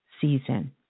season